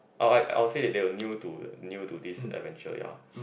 oh I I would say they are new to new to this adventure ya